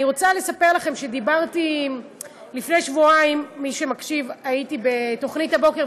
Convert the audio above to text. אני רוצה לספר לכם שלפני שבועיים הייתי בתוכנית בוקר,